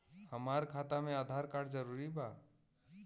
हमार खाता में आधार कार्ड जरूरी बा?